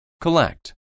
Collect